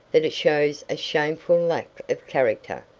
that it shows a shameful lack of character.